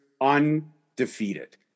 undefeated